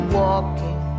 walking